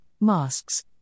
masks